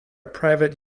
private